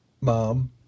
Mom